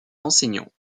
enseignant